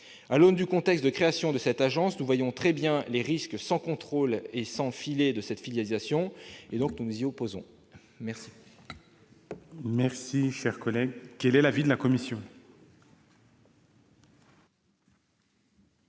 À l'aune du contexte de création de cette agence, nous voyons très bien les risques sans contrôle et sans filet de cette filialisation. C'est la raison pour